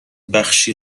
بخشی